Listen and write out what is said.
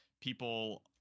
People